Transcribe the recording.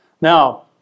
Now